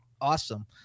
awesome